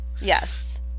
Yes